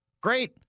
Great